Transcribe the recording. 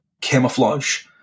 camouflage